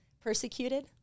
persecuted